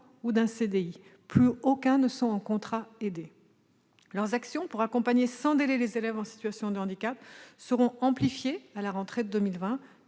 ne travaille sous un dispositif de contrat aidé. Leurs actions pour accompagner sans délai les élèves en situation de handicap seront amplifiées à la rentrée de 2020,